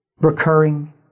recurring